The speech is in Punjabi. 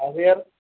ਦਸ ਹਜ਼ਾਰ